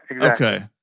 Okay